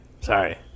Sorry